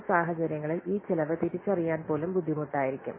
ചില സാഹചര്യങ്ങളിൽ ഈ ചെലവ് തിരിച്ചറിയാൻ പോലും ബുദ്ധിമുട്ടായിരിക്കും